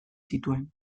zituen